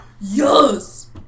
yes